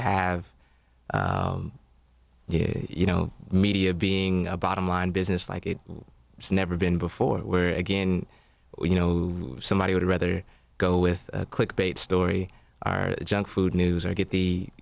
have you know media being a bottom line business like it never been before where again you know somebody would rather go with a click bait story are junk food news or get the